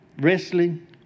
wrestling